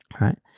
Right